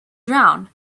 drown